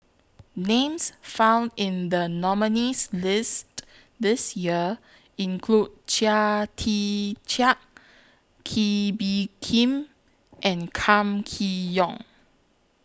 Names found in The nominees' list This Year include Chia Tee Chiak Kee Bee Khim and Kam Kee Yong